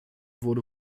wurde